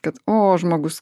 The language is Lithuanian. kad o žmogus